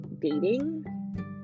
dating